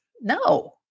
No